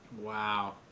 Wow